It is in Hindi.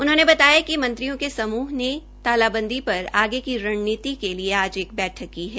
उन्होंने बताया कि मंत्रियों के समूह ने तालाबंदी पर आगे रणनीति के लिए आज एक बैठक की है